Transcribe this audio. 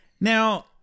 Now